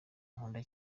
nkunda